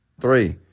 Three